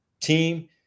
team